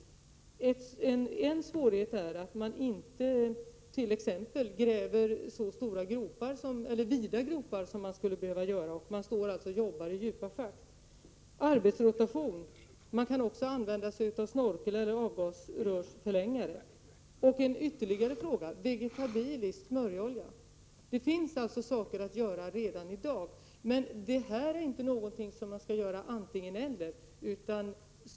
En annan svårighet är att man inte gräver så vida gropar som man skulle behöva. Man står alltså och arbetar i djupa schakt. Man skulle t.ex. kunna tillämpa arbetsrotation. Man kan även använda sig av snorkel eller avgasrörsförlängare vid arbetet. Jag undrar också över detta med vegetabilisk smörjolja. Det finns åtgärder att vidta redan i dag. Men det är inte meningen att det ena skall utesluta det andra.